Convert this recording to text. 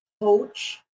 coach